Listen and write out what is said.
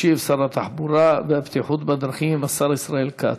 ישיב שר התחבורה והבטיחות בדרכים, השר ישראל כץ.